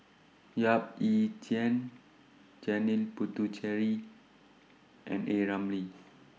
Yap Ee Chian Janil Puthucheary and A Ramli